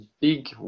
big